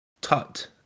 tut